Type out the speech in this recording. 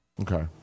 Okay